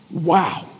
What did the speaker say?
Wow